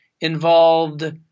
involved –